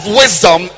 wisdom